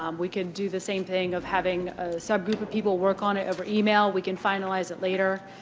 um we could do the same thing of having a subgroup of people work on it over email. we can finalize it later.